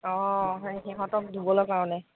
অঁ সেই সিহঁতক দিবলৈ কাৰণে